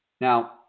Now